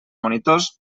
monitors